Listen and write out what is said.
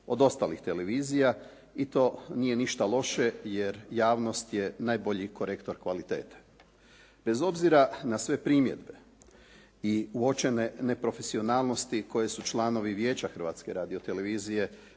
od ostalih televizija. I to nije ništa loše, jer javnost je najbolji korektor kvalitete. Bez obzira na sve primjedbe i uočene neprofesionalnosti koje su članovi Vijeća Hrvatske radiotelevizije